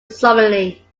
solemnly